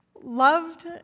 loved